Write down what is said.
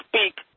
speak